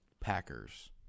Packers